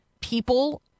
people